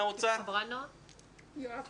בבקשה נתן